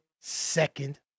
second